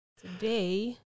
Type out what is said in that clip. Today